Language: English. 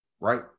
right